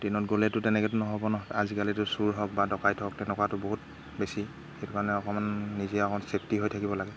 ট্ৰেইনত গ'লেতো তেনেকৈতো নহ'ব ন আজিকালিতো চুৰ হওক বা ডকাইত হওক তেনেকুৱাতো বহুত বেছি সেইটো কাৰণে অকণমান নিজে অকণ ছেফটি হৈ থাকিব লাগে